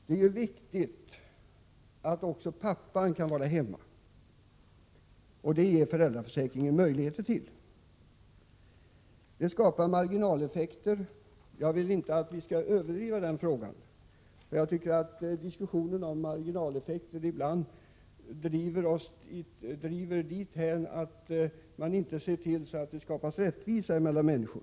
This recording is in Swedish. Det är ju viktigt att också pappan kan vara hemma, och det ger föräldraförsäkringen möjligheter till. Detta skapar marginaleffekter, men jag tycker inte att man skall överdriva dessas betydelse. Diskussionen om marginaleffekter leder ibland dithän att det inte skapas rättvisa mellan människor.